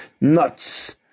nuts